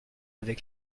avec